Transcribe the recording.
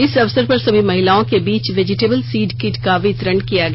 इस अवसर पर सभी महिलओं के बीच वेजिटेबल सीड किट का भी वितरण किया गया